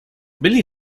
billy